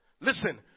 Listen